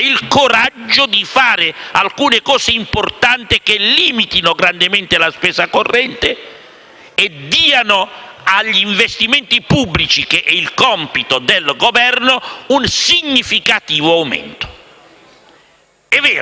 il coraggio di fare alcune cose importanti che limitino grandemente la spesa corrente e diano agli investimenti pubblici, che sono compito del Governo, un significativo aumento. È vero,